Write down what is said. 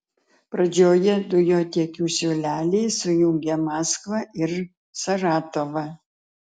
pradžioje dujotiekių siūleliai sujungia maskvą ir saratovą